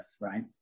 right